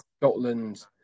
Scotland